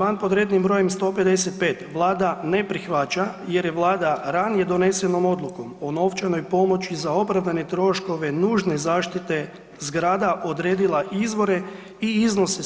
Amandman pod rednim brojem 155 Vlada ne prihvaća jer je Vlada ranije donesenom odlukom o novčanoj pomoći za opravdane troškove nužne zaštite zgrada odredila izvore i iznose